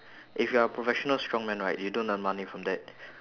if you are a professional strongman right you don't earn money from that